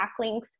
backlinks